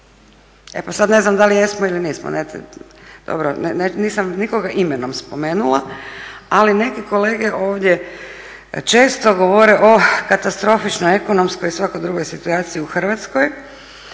E pa sad ne znam da li jesmo ili nismo. Nisam nikoga imenom spomenula, ali neki kolege ovdje često govore o katastrofičnoj ekonomskoj i svakoj drugoj situaciji u Hrvatskoj.